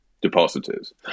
depositors